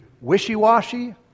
wishy-washy